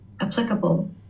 applicable